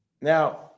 Now